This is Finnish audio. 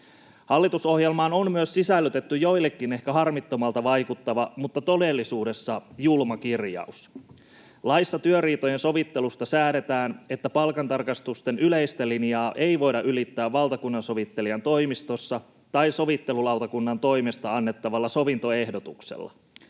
Hallitusohjelmaan on myös sisällytetty joillekin ehkä harmittomalta vaikuttava mutta todellisuudessa julma kirjaus: laissa työriitojen sovittelusta säädetään, että palkantarkastusten yleistä linjaa ei voida ylittää Valtakunnansovittelijan toimistossa tai sovittelulautakunnan toimesta annettavalla sovintoehdotuksella.